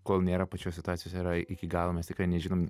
kol nėra pačios situacijos yra iki galo mes tikrai nežinom